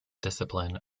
discipline